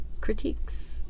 critiques